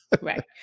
Right